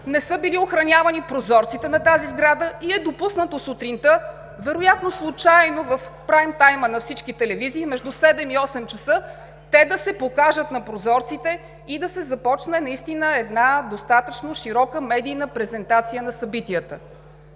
не са били охранявани прозорците на тази сграда и е допуснато сутринта, вероятно случайно, в прайм тайма на всички телевизии, между 7,00 и 8,00 часа те да се покажат на прозорците и да се започне една достатъчно широка медийна презентация на събитията.